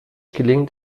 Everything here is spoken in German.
gelingt